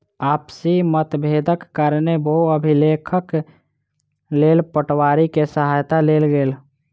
आपसी मतभेदक कारणेँ भू अभिलेखक लेल पटवारी के सहायता लेल गेल